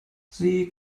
sie